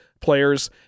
players